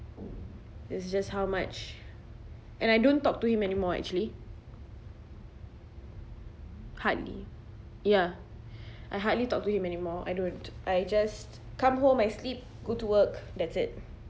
it's just how much and I don't talk to him anymore actually hardly ya I hardly talk to him anymore I don't I just come home I sleep go to work that's it